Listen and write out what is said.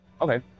Okay